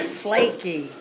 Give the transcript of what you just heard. flaky